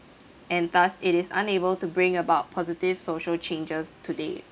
and thus it is unable to bring about positive social changes today